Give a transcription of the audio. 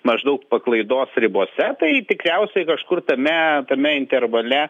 maždaug paklaidos ribose tai tikriausiai kažkur tame tame intervale